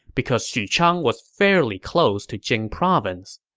because xuchang was fairly close to jing province.